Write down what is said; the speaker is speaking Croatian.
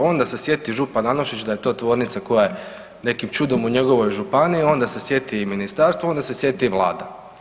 Onda se sjeti župan Anušić da je to tvornica koja je nekim čudom u njegovoj županiji, onda se sjeti i ministarstvo, onda se sjeti i Vlada.